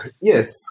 yes